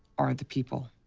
are the people.